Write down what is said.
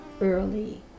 early